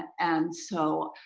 and so,